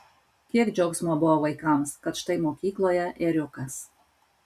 kiek džiaugsmo buvo vaikams kad štai mokykloje ėriukas